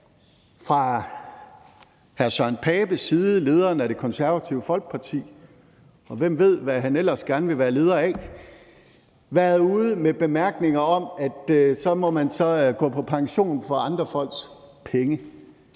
hr. Søren Pape Poulsens side, lederen af Det Konservative Folkeparti, og hvem ved, hvad han ellers gerne vil være leder af, været ude med bemærkninger om, at så må man gå på pension for andre folks penge.